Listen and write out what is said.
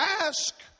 ask